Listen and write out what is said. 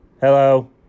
Hello